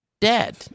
dead